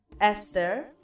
Esther